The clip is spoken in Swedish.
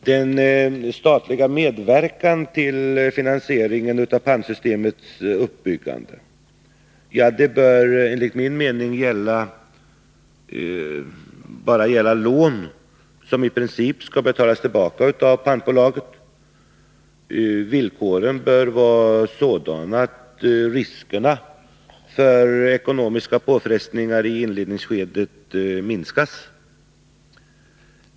Den statliga medverkan till finansieringen av pantsystemets uppbyggande bör enligt min mening gälla lån som i princip skall betalas tillbaka av pantbolaget. Villkoren bör vara sådana att riskerna för ekonomiska påfrestningar i inledningsskedet minskas.